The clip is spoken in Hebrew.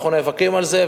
אנחנו נאבקים על זה,